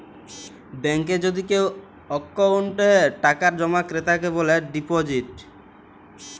ব্যাংকে যদি কেও অক্কোউন্টে টাকা জমা ক্রেতাকে ডিপজিট ব্যলে